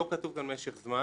לא כתוב כאן משך זמן